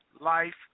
life